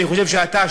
אני חושב שאתה,